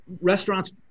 Restaurants